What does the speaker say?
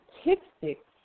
statistics